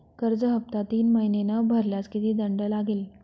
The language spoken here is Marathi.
कर्ज हफ्ता तीन महिने न भरल्यास किती दंड लागेल?